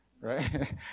Right